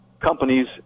companies